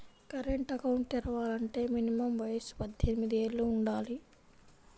current account తెరవాలంటే minimum వయసు పద్దెనిమిది యేళ్ళు వుండాలి